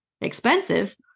expensive